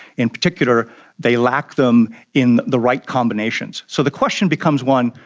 in particular they lacked them in the right combinations. so the question becomes one,